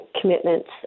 commitments